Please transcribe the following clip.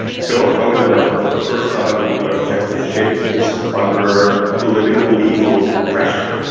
so angela merkel for the first time in her chancellorship is under political legal pressure.